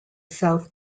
south